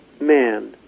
man